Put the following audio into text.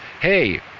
Hey